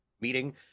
meeting